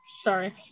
Sorry